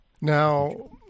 Now